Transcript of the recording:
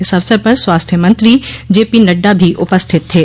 इस अवसर पर स्वास्थ्य मंत्री जे पी नड्डा भी उपस्थित थे